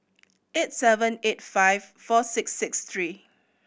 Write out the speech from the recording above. eight seven eight five four six six three